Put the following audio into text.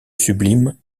sublime